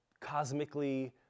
cosmically